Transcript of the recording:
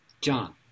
John